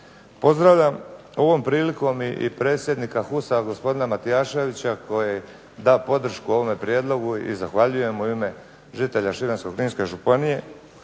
Pozdravljam ovom prilikom i predsjednika HUS-a, gospodina Matijaševića koji je dao podršku ovog prijedlogu i zahvaljujem u ime žitelja Šibensko-kninske županije,